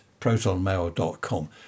protonmail.com